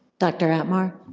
dr. atmar?